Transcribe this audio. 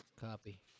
Copy